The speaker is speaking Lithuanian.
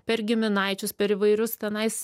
per giminaičius per įvairius tenais